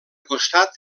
costat